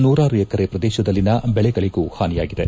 ನೂರಾರು ಎಕರೆ ಪ್ರದೇಶದಲ್ಲಿನ ಬೆಳೆಗಳಿಗೂ ಹಾನಿಯಾಗಿದೆ